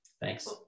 Thanks